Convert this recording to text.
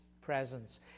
presence